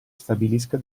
stabilisca